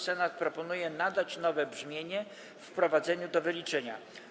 Senat proponuje nadać nowe brzmienie wprowadzeniu do wyliczenia.